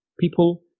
People